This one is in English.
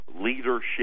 leadership